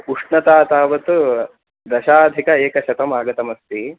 उष्णता तावत् दशाधिक एकशतमागतमस्ति